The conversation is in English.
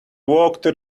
woke